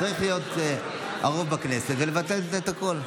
צריך להיות רוב בכנסת ולבטל הכול.